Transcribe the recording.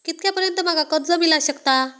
कितक्या पर्यंत माका कर्ज मिला शकता?